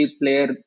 player